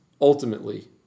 ultimately